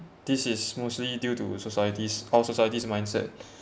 this is mostly due to society's our society's mindset